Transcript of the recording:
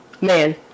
Man